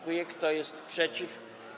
Kto jest przeciw?